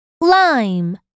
lime